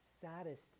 saddest